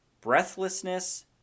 breathlessness